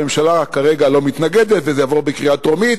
הממשלה כרגע לא מתנגדת וזה יעבור בקריאה טרומית.